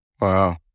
Wow